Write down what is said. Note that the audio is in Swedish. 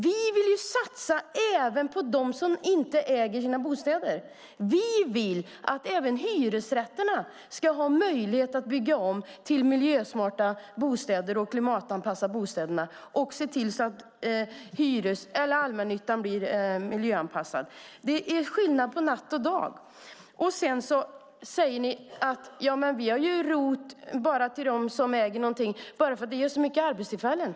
Vi vill satsa även på dem som inte äger sina bostäder. Vi vill att även hyresrätter ska kunna byggas om till miljösmarta och klimatanpassade bostäder och att allmännyttan blir miljöanpassad. Det är som natt och dag. Ni säger att ni har ROT bara till dem som äger för att det ger så mycket arbetstillfällen.